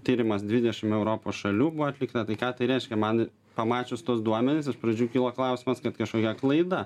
tyrimas dvidešim europos šalių buvo atlikta tai ką tai reiškia man pamačius tuos duomenis iš pradžių kilo klausimas kad kažkokia klaida